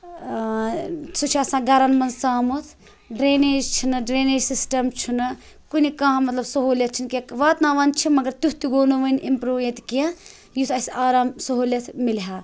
سُہ چھُ آسان گَرَن منٛز ژامُت ڈرٛینیج چھِنہٕ ڈرٛینیج سِسٹَم چھُنہٕ کُنہِ کانٛہہ مطلب سہوٗلِیت چھِنہٕ کیٚنہہ واتناوان چھِ مگر تیُتھ تہِ گوٚو نہٕ وٕنہِ اِمپرٛوٗ ییٚتہِ کیٚنہہ یُس اَسہِ آرام سہوٗلِیت مِلہِ ہا